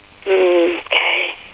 Okay